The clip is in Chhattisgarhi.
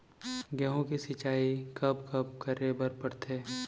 गेहूँ के सिंचाई कब कब करे बर पड़थे?